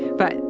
but,